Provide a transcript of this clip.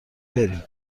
بریم